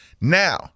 Now